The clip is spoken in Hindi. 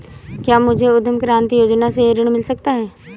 क्या मुझे उद्यम क्रांति योजना से ऋण मिल सकता है?